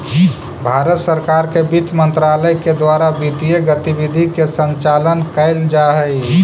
भारत सरकार के वित्त मंत्रालय के द्वारा वित्तीय गतिविधि के संचालन कैल जा हइ